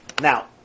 Now